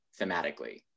thematically